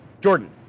Jordan